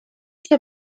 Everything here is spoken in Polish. się